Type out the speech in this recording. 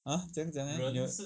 !huh! 怎样讲 leh